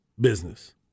business